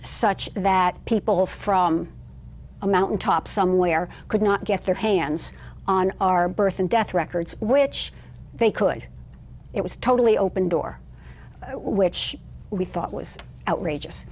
such that people from a mountaintop somewhere could not get their hands on our birth and death records which they could it was totally open door which we thought was